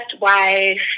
wife